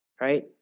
right